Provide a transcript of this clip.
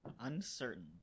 Uncertain